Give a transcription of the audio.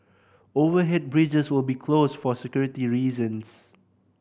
overhead bridges will be closed for security reasons